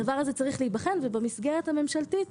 הדבר הזה צריך להיבחן, ובמסגרת הממשלתית